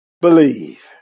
believe